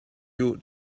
you